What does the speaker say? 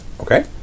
Okay